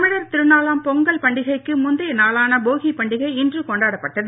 தமிழர் திருநாளாம் பொங்கல் பண்டிகைக்கு முந்தைய நாளான போகி பண்டிகை இன்று கொண்டாடப்பட்டது